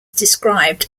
described